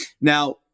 Now